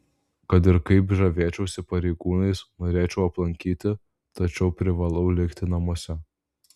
kad ir kaip žavėčiausi pareigūnais norėčiau aplankyti tačiau privalau likti namuose